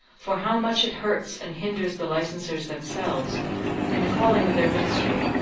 for how much it hurts and hinders the licensers themselves in the calling of their ministry,